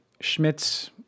Schmitz